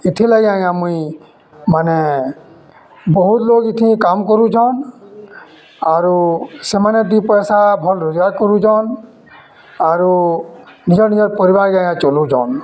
ଇଥିର୍ଲାଗି ଆଜ୍ଞା ମୁଇଁ ମାନେ ବହୁତ୍ ଲୋକ୍ ଇଥି କାମ୍ କରୁଚନ୍ ଆରୁ ସେମାନେ ଦୁଇ ପଏସା ଭଲ୍ ରୋଜ୍ଗାର୍ କରୁଚନ୍ ଆରୁ ନିଜର୍ ନିଜର୍ ପରିବାର୍କେ ଆଜ୍ଞା ଚଲଉଚନ୍